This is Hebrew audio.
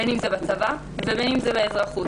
בין אם בצבא ובין אם באזרחות.